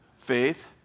Faith